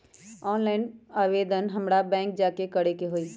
Online आवेदन हमरा bank जाके करे के होई?